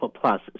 Plus